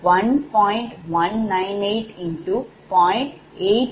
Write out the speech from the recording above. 024 p